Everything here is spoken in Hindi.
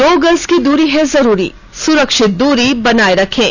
दो गज की दूरी है जरूरी सुरक्षित दूरी बनाए रखें